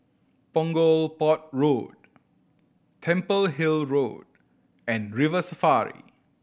Punggol Port Road Temple Hill Road and River Safari